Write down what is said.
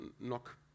knock